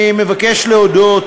אני מבקש להודות